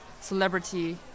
celebrity